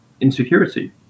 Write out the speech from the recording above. insecurity